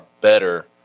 better